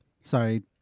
sorry